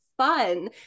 Fun